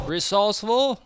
Resourceful